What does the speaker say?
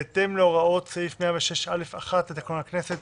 בהתאם להוראות סעיף 106(א)(1) לתקנון הכנסת,